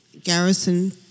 garrison